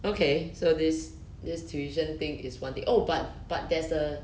okay so this this tuition thing is what they oh but but there's a